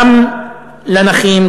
גם לנכים,